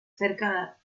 cerca